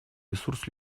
ресурс